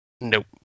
Nope